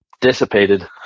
dissipated